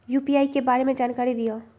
UPI के बारे में जानकारी दियौ?